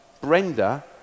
Brenda